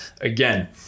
again